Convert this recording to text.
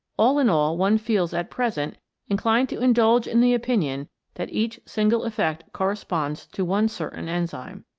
all in all one feels at present in clined to indulge in the opinion that each single effect corresponds to one certain enzyme.